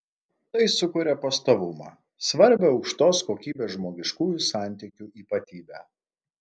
tai sukuria pastovumą svarbią aukštos kokybės žmogiškųjų santykių ypatybę